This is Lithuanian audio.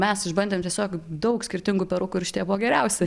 mes išbandėm tiesiog daug skirtingų perukų ir šitie buvo geriausi